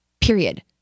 Period